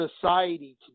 society